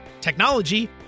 technology